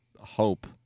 hope